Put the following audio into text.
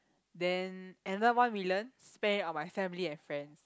then another one million spend it on my family and friends